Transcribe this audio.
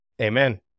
Amen